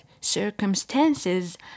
circumstances